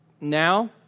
now